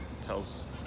tells